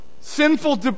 sinful